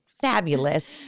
Fabulous